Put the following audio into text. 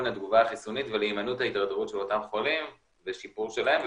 לתיקון התגובה החיסונית ולהמנעות ההידרדרות של אותם חולים ושיפור שלהם.